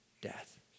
death